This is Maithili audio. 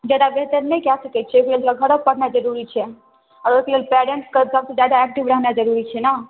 ज्यादा बेहतर नहि कए सकै छै जे मतलब घरक पढ़ानाइ जरूरी छै आओर ओहिके लेल पेरेंट्सकेँ सभसँ ज्यादा एक्टिव रहनाइ जरूरी छै ने